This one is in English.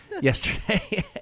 yesterday